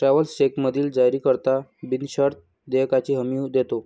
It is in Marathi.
ट्रॅव्हलर्स चेकमधील जारीकर्ता बिनशर्त देयकाची हमी देतो